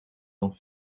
dan